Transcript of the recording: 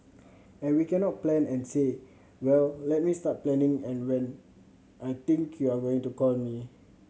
and we cannot plan and say well let me start planning and when I think you are going to call me